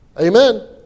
Amen